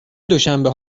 دوشنبه